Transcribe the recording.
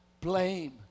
blame